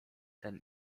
ten